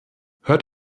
hört